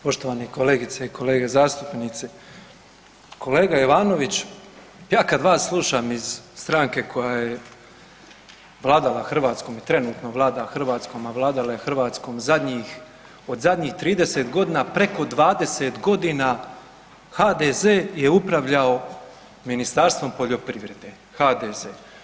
Poštovane kolegice i kolege zastupnici, kolega Ivanović a kad vas slušam iz stranke koja je vladala Hrvatskom i trenutno vlada Hrvatskom, a vladala je Hrvatskom zadnjih, od zadnjih 30.g. preko 20.g. HDZ je upravljao Ministarstvom poljoprivrede, HDZ.